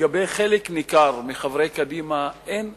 לגבי חלק ניכר מחברי קדימה, אין אלטרנטיבה.